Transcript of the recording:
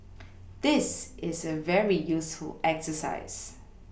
this is a very useful exercise